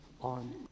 on